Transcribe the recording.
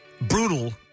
brutal